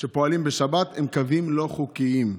שפועלים בשבת, הם קווים לא חוקיים.